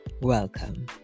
welcome